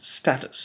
status